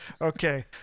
Okay